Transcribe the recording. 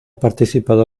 participado